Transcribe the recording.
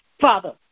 Father